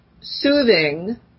soothing